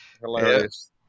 Hilarious